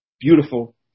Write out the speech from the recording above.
beautiful